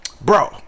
bro